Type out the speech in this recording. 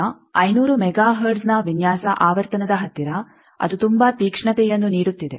ಈಗ 500 ಮೆಗಾ ಹರ್ಟ್ಜ್ನ ವಿನ್ಯಾಸ ಆವರ್ತನದ ಹತ್ತಿರ ಅದು ತುಂಬಾ ತೀಕ್ಷ್ಣತೆಯನ್ನು ನೀಡುತ್ತಿದೆ